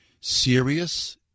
serious